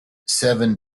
seven